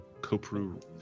Kopru